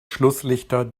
schlusslichter